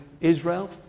Israel